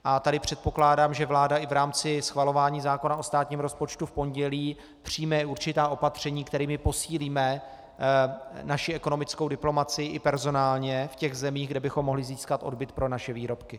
A tady předpokládám, že vláda i v rámci schvalování zákona o státním rozpočtu v pondělí přijme určitá opatření, kterými posílíme naši ekonomickou diplomacii i personálně v těch zemích, kde bychom mohli získat odbyt pro naše výrobky.